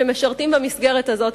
שמשרתים במסגרת הזו.